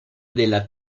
della